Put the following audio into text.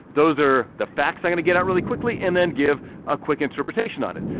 those are the facts, i'm gonna get out really quickly and then give a quick interpretation on it.